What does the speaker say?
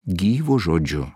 gyvu žodžiu